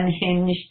unhinged